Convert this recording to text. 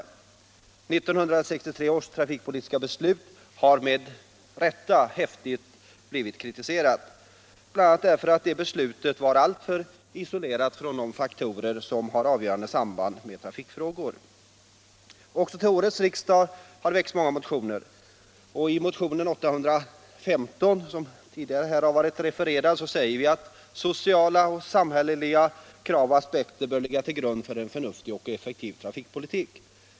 1963 års trafikpolitiska beslut har med rätta blivit häftigt kritiserat, bl.a. därför att det beslutet var alltför isolerat från de faktorer som har avgörande samband med trafikfrågor. Också till årets riksdag har väckts många motioner. I motionen 815, som tidigare här har blivit refererad, säger vi att sociala och samhälleliga krav och aspekter bör ligga till grund för en förnuftig och effektiv trafikpolitik.